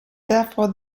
therefore